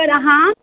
से अहाँ